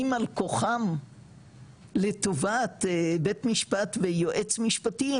על כוכם לטובת בית משפט ויועץ משפטי,